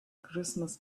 christmas